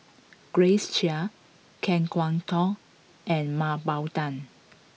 Grace Chia Kan Kwok Toh and Mah Bow Tan